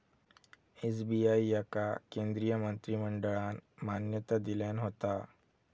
SBI याका केंद्रीय मंत्रिमंडळान मान्यता दिल्यान होता